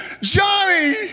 Johnny